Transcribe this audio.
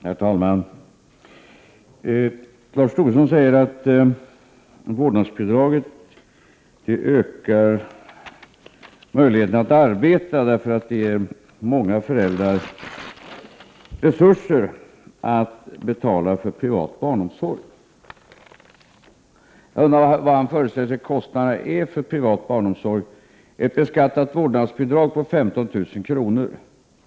Herr talman! Lars Tobisson säger att vårdnadsbidraget ökar möjligheterna att arbeta därför att det ger många föräldrar resurser att betala för privat barnomsorg. Jag undrar vad han föreställer sig att kostnaderna är för privat barnomsorg. Ett beskattat vårdnadsbidrag på 15 000 kr.